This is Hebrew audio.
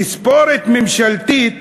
תספורת ממשלתית,